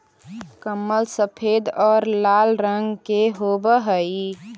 कमल सफेद और लाल रंग के हवअ हई